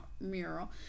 mural